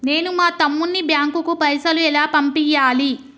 నేను మా తమ్ముని బ్యాంకుకు పైసలు ఎలా పంపియ్యాలి?